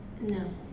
No